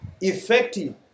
effective